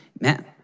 Man